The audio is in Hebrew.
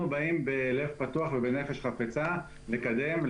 אנחנו באים בלב פתוח ובנפש חפצה לקדם,